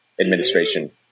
Administration